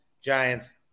Giants